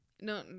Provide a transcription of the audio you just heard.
No